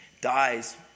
dies